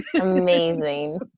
Amazing